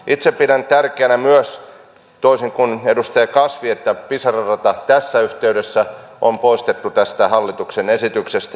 itse pidän tärkeänä myös toisin kuin edustaja kasvi että pisara rata tässä yhteydessä on poistettu tästä hallituksen esityksestä